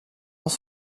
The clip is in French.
dans